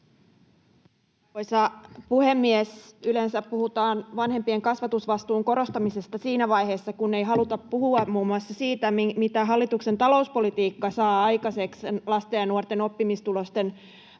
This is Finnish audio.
Yleensä puhutaan vanhempien kasvatusvastuun korostamisesta siinä vaiheessa, kun ei haluta puhua muun muassa siitä, mitä hallituksen talouspolitiikka saa aikaiseksi lasten ja nuorten oppimistulosten